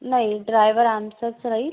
नाही ड्रायवर आमचाच राहील